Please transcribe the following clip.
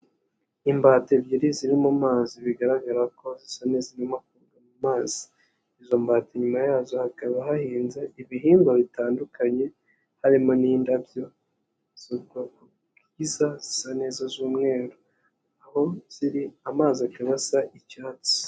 Imbata ebyiri ziri mu mazi bigaragara ko isoni zirimo koga mu mazi, izo mbata inyuma yazo hakaba hahinze ibihingwa bitandukanye harimo n'indabyo z'ubwoko bwiza zisa neza z'umweru, aho ziri amazi akaba asa icyatsi.